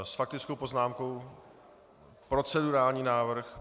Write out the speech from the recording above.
S faktickou poznámkou... procedurální návrh.